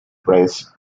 rise